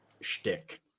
shtick